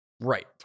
right